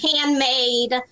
handmade